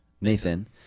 Nathan